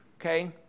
okay